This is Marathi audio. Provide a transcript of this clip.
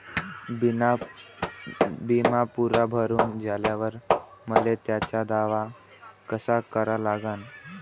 बिमा पुरा भरून झाल्यावर मले त्याचा दावा कसा करा लागन?